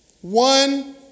one